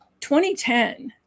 2010